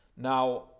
Now